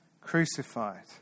crucified